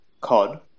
COD